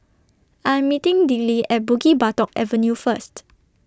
I'm meeting Dillie At Bukit Batok Avenue First